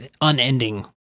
unending